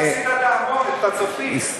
הסיתה את ההמון, את הצופים.